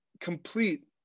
complete